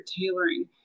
tailoring